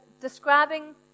describing